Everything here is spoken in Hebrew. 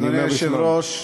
אדוני היושב-ראש,